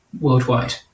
worldwide